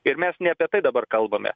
ir mes ne apie tai dabar kalbame